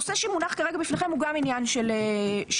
הנושא שמונח כרגע בפניכם הוא גם עניין של נהג,